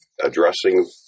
addressing